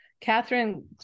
Catherine